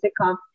sitcom